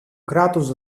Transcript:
κράτος